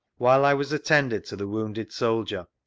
while i was attending to the wounded soldier,